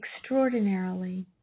extraordinarily